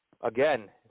Again